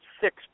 six